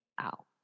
out